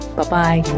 Bye-bye